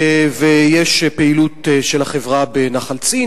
ויש פעילות של החברה בנחל צין,